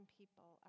people